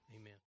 Amen